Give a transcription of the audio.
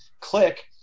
Click